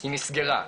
היא נסגרה,